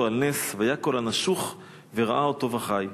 על נס והיה כל הנשוך וראה אותו וחי".